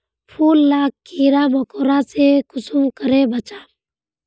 फूल लाक कीड़ा मकोड़ा से कुंसम करे बचाम?